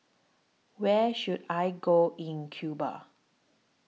Where should I Go in Cuba